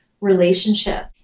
relationship